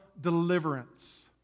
deliverance